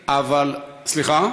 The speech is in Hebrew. סליחה?